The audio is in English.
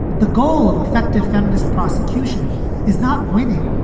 the goal of effective feminist prosecution is not winning.